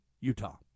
Utah